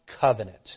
covenant